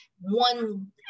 one